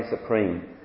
supreme